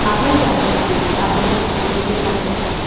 আগেই যারা যান তাদেরকে প্রথমে প্রেসার দেখেন